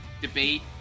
debate